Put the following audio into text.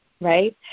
right